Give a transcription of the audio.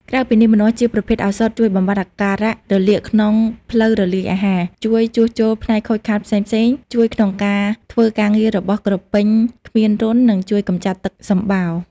ក្រៅពីនេះ ម្នាស់ជាប្រភេទឱសថជួយបំបាត់អាការៈរលាកក្នុងផ្លូវរំលាយអាហារ ជួយជួសជុលផ្នែកខូចខាតផ្សេងៗ ជួយក្នុងការធ្វើការងាររបស់ក្រពេញគ្មានរន្ធ និងជួយកម្ចាត់ទឹកសំបោរ។